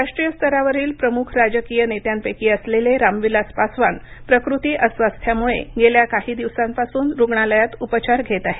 राष्ट्रीय स्तरावरील प्रमुख राजकीय नेत्यांपैकी असलेले रामविलास पासवान प्रकृती अस्वास्थ्यामुळे गेल्या काही दिवसांपासून रुग्णालयात उपचार घेत आहेत